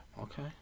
Okay